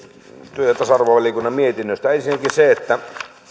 työ ja tasa arvovaliokunnan mietinnöstä ensinnäkin se että